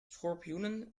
schorpioenen